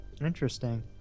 Interesting